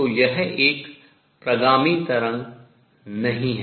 तो यह एक प्रगामी तरंग नहीं है